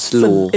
Slow